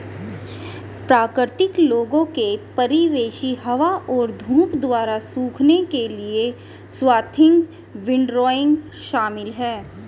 प्राकृतिक लोगों के परिवेशी हवा और धूप द्वारा सूखने के लिए स्वाथिंग विंडरोइंग शामिल है